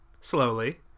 slowly